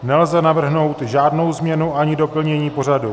Nelze navrhnout žádnou změnu ani doplnění pořadu.